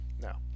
No